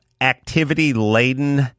activity-laden